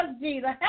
Jesus